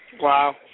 Wow